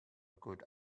good